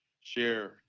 share